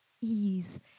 ease